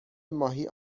ماهی